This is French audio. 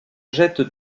jette